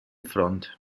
front